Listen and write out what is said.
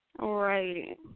Right